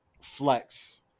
flex